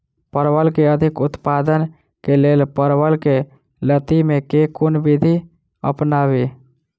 परवल केँ अधिक उत्पादन केँ लेल परवल केँ लती मे केँ कुन विधि अपनाबी?